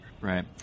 Right